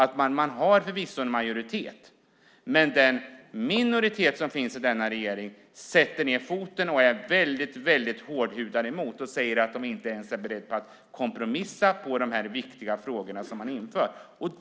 Man har förvisso en majoritet i regeringen, men den minoritet som finns sätter ned foten och är väldigt hårt emot och säger att de inte ens är beredda att kompromissa i dessa viktiga frågor.